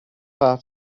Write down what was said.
part